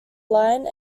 line